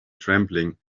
trembling